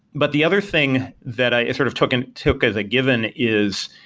but the other thing that i it sort of took and took as a given is,